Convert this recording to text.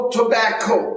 tobacco